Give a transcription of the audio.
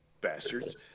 Bastards